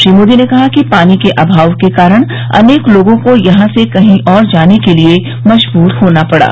श्री मोदी ने कहा कि पानी के अभाव के कारण अनेक लोगों को यहां से कहीं और जाने के लिए मजबूर होना पड़ा